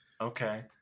Okay